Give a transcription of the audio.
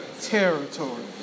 territory